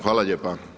Hvala lijepa.